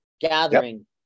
gathering